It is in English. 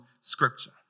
Scripture